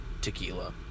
tequila